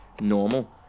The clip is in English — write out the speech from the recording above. Normal